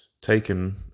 taken